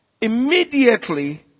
immediately